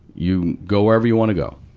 you go wherever you wanna go.